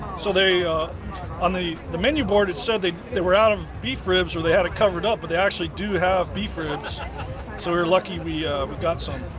so they on the the menu board had said they they were out of beef ribs or they had it covered up but they actually do have beef ribs so we're lucky we we got something